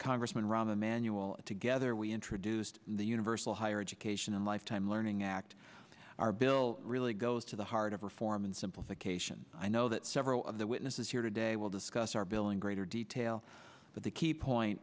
congressman rahm emanuel together we introduced the universal higher education and lifetime learning act our bill really goes to the heart of reform and simplification i know that several of the witnesses here today will discuss our bill in greater detail but the key point